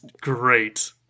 great